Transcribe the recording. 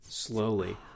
Slowly